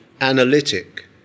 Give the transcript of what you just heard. analytic